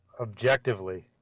Objectively